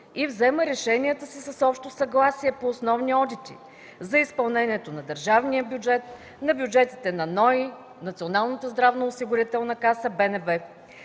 и взема решенията си с общо съгласие по основни одити – за изпълнението на държавния бюджет, на бюджетите на Националния осигурителен институт,